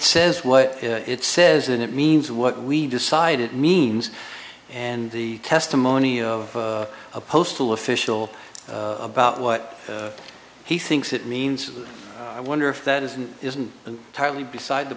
says what it says and it means what we decide it means and the testimony of a postal official about what he thinks it means i wonder if that isn't isn't entirely beside the